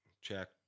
check